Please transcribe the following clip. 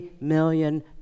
million